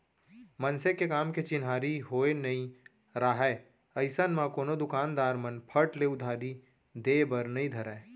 मनसे के काम के चिन्हारी होय नइ राहय अइसन म कोनो दुकानदार मन फट ले उधारी देय बर नइ धरय